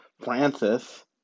Francis